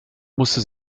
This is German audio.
musste